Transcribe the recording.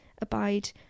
abide